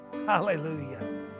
Hallelujah